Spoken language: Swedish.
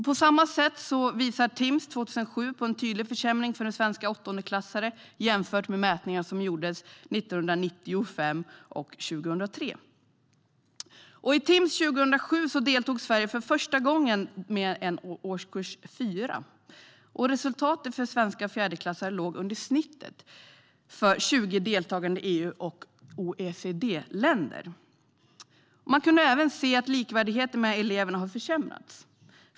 På samma sätt visar Timss 2007 på en tydlig försämring för svenska åttondeklassare jämfört med mätningar som gjordes 1995 och 2003. I Timss 2007 deltog Sverige för första gången med årskurs 4, och resultatet för svenska fjärdeklassare låg under snittet för 20 deltagande EU och OECD-länder. Man kunde även se att likvärdigheten mellan eleverna har försämrats.